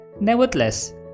Nevertheless